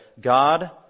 God